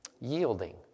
Yielding